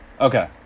Okay